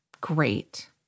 Great